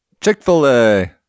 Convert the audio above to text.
Chick-fil-A